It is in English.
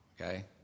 Okay